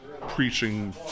preaching